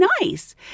nice